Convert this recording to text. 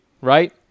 Right